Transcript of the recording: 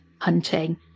hunting